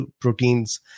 proteins